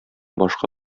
башка